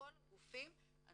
מכל הגופים אנחנו